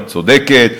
את צודקת,